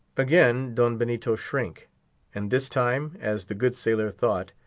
again don benito shrank and this time, as the good sailor thought,